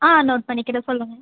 ஆ note பண்ணிக்கிறேன் சொல்லுங்க